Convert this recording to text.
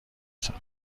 تون